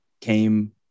came